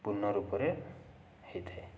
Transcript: ପୂର୍ଣ୍ଣ ରୂପରେ ହେଇଥାଏ